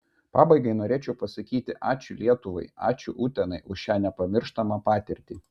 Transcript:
pabaigai norėčiau pasakyti ačiū lietuvai ačiū utenai už šią nepamirštamą patirtį